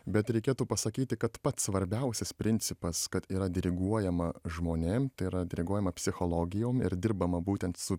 bet reikėtų pasakyti kad pats svarbiausias principas kad yra diriguojama žmonėm tai yra diriguojama psichologijom ir dirbama būtent su